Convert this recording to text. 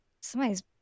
somebody's